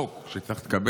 חוק שצריך להתקבל,